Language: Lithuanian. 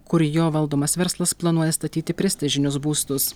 kur jo valdomas verslas planuoja statyti prestižinius būstus